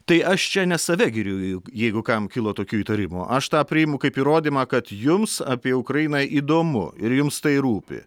tai aš čia ne save giriu jeigu kam kilo tokių įtarimų aš tą priimu kaip įrodymą kad jums apie ukrainą įdomu ir jums tai rūpi